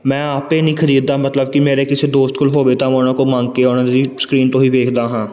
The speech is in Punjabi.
ਮੈਂ ਆਪ ਨਹੀਂ ਖਰੀਦਦਾ ਮਤਲਬ ਕਿ ਮੇਰੇ ਕਿਸੇ ਦੋਸਤ ਕੋਲ ਹੋਵੇ ਤਾਂ ਮੈਂ ਉਹਨਾਂ ਕੋਲ ਮੰਗ ਕੇ ਉਹਨਾਂ ਦੀ ਸਕਰੀਨ ਤੋਂ ਹੀ ਵੇਖਦਾ ਹਾਂ